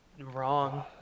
wrong